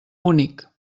únic